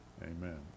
amen